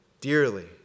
dearly